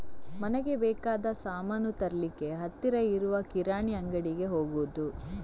ಮನೆಗೆ ಬೇಕಾದ ಸಾಮಾನು ತರ್ಲಿಕ್ಕೆ ಹತ್ತಿರ ಇರುವ ಕಿರಾಣಿ ಅಂಗಡಿಗೆ ಹೋಗುದು